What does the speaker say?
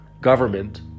government